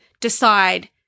decide